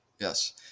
Yes